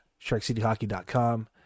sharkcityhockey.com